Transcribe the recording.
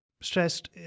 stressed